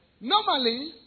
Normally